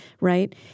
right